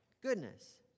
goodness